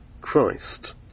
Christ